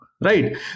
Right